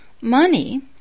Money